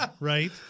right